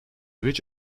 witch